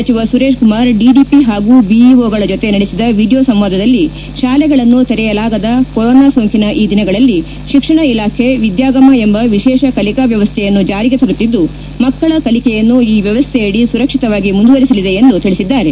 ಸಚಿವ ಸುರೇಶ್ ಕುಮಾರ್ ಡಿಡಿಪಿ ಹಾಗೂ ಬಿಇಒಗಳ ಜೊತೆ ನಡೆಸಿದ ವಿಡಿಯೊ ಸಂವಾದದಲ್ಲಿ ಶಾಲೆಗಳನ್ನು ತೆರೆಯಲಾಗದ ಕೊರೋನಾ ಸೋಂಕಿನ ಈ ದಿನಗಳಲ್ಲಿ ಶಿಕ್ಷಣ ಇಲಾಖೆ ವಿದ್ಯಾಗಮ ಎಂಬ ವಿಶೇಷ ಕಲಿಕಾ ವ್ಯವಸ್ಥೆಯನ್ನು ಜಾರಿಗೆ ತರುತ್ತಿದ್ದು ಮಕ್ಕಳ ಕಲಿಕೆಯನ್ನು ಈ ವ್ಯವಸ್ಥೆಯದಿ ಸುರಕ್ಷಿತವಾಗಿ ಮುಂದುವರೆಸಲಿದೆ ಎಂದು ತಿಳಿಸಿದ್ದಾರೆ